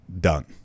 done